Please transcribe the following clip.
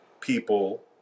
people